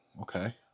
okay